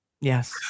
Yes